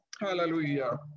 Hallelujah